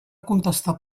contestar